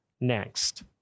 next